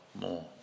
more